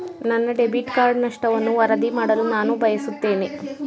ನನ್ನ debit card ನಷ್ಟವನ್ನು ವರದಿ ಮಾಡಲು ನಾನು ಬಯಸುತ್ತೇನೆ